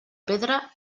pedra